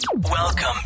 Welcome